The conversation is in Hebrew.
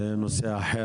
זה נושא אחר.